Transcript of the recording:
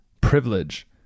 privilege